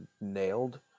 nailed